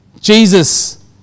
Jesus